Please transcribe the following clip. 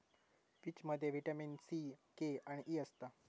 पीचमध्ये vitamin C, K आणि E असता